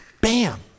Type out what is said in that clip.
bam